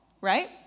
Right